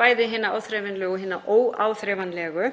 bæði hinar áþreifanlegu og hinar óáþreifanlegu.